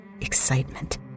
excitement